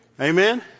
amen